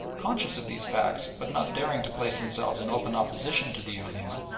conscious of these facts, but not daring to place themselves in open opposition to the ulema,